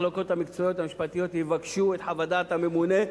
המחלקות המקצועיות והמשפטיות יבקשו את חוות דעת הממונה,